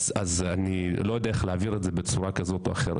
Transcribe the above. אני לא יודע להבהיר את זה בצורה אחרת.